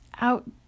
out